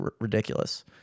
ridiculous